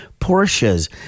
Porsches